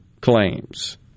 claims